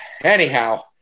Anyhow